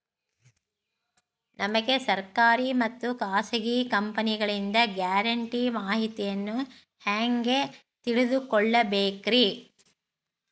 ನಮಗೆ ಸರ್ಕಾರಿ ಮತ್ತು ಖಾಸಗಿ ಕಂಪನಿಗಳಿಂದ ಗ್ಯಾರಂಟಿ ಮಾಹಿತಿಯನ್ನು ಹೆಂಗೆ ತಿಳಿದುಕೊಳ್ಳಬೇಕ್ರಿ?